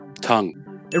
Tongue